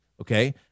okay